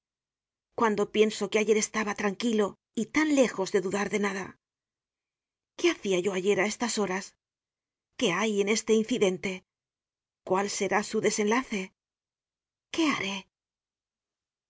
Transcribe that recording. cuando pienso en que ayer estaba tranquilo y tan lejos de dudar de nada qué hacia yo ayer á estas horas qué hay en este incidente cuál será su desenlace qué haré